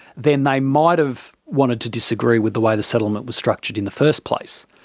then they might have wanted to disagree with the way the settlement was structured in the first place.